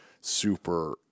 super